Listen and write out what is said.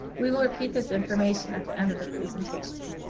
we will repeat this information at the end of the presentation.